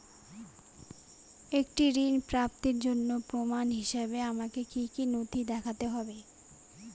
একটি ঋণ প্রাপ্তির জন্য প্রমাণ হিসাবে আমাকে কী কী নথি দেখাতে হবে?